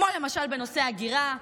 כמו למשל בנושא ההגירה,